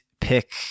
pick